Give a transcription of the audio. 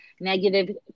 negative